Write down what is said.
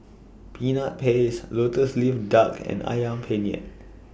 Peanut Paste Lotus Leaf Duck and Ayam Penyet